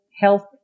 health